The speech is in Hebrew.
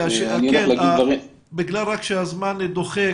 רק בגלל שהזמן דוחק,